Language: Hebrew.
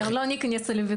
טוב, בסדר, לא ניכנס לוויכוח.